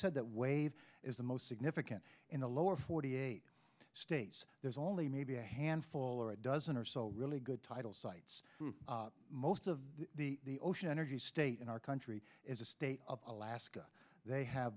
said that wave is the most significant in the lower forty eight states there's only maybe a handful or a dozen or so really good title sites most of the ocean energy state in our country is the state of alaska they have